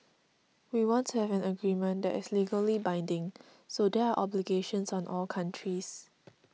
we want to have an agreement that is legally binding so there are obligations on all countries